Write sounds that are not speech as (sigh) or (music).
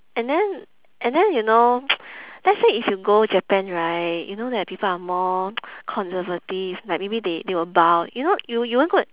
and then and then you know (noise) let's say if you go japan right you know that people are more conservative like maybe they they will bow you know you you won't go